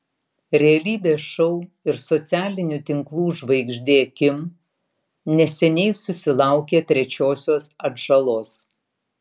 realybės šou ir socialinių tinklų žvaigždė kim neseniai susilaukė trečiosios atžalos